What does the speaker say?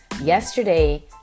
yesterday